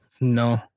No